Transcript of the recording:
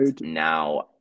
now